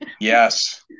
Yes